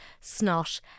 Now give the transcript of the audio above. snot